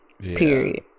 period